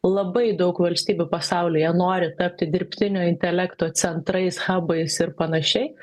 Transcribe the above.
labai daug valstybių pasaulyje nori tapti dirbtinio intelekto centrais habais ir panašiai